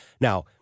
Now